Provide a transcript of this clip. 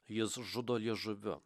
jis žudo liežuviu